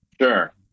Sure